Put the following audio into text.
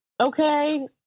Okay